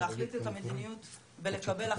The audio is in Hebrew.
להחליט את המדיניות ולקבל החלטה.